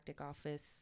office